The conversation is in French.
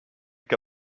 qu’a